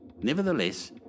Nevertheless